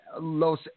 Los